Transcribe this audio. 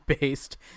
based